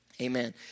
Amen